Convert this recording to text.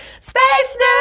space